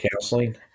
counseling